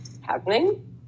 happening